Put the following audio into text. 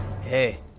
Hey